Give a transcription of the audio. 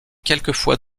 quelquefois